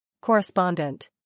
Correspondent